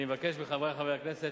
אני מבקש מחברי חברי הכנסת,